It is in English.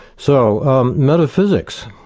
so metaphysics,